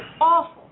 awful